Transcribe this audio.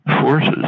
forces